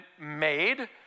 made